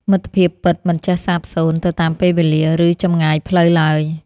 មិត្តភាពពិតមិនចេះសាបសូន្យទៅតាមពេលវេលា ឬចម្ងាយផ្លូវឡើយ។